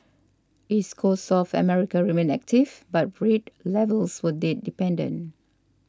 East Coast South America remained active but rate levels were date dependent